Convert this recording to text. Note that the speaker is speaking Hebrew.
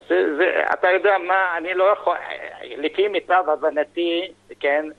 ו... אתה יודע מה, אני לא יכול... לפי מיטב הבנתי, כן?